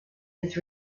his